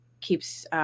keeps